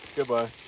Goodbye